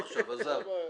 לא עכשיו, עזוב.